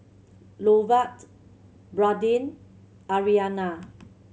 Lovett Brandin Aryana